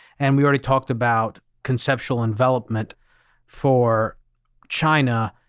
and we already talked about conceptual envelopment for china.